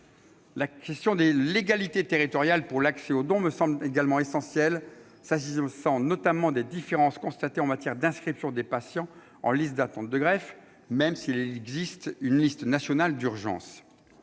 La question de l'égalité territoriale pour l'accès aux dons me semble également essentielle. Je pense notamment aux différences constatées en matière d'inscription des patients sur liste d'attente de greffe, même si une liste nationale d'urgence